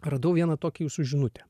radau vieną tokį jūsų žinutę